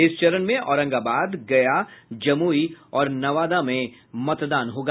इस चरण में औरंगाबाद गया जमुई और नवादा में मतदान होगा